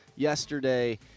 Yesterday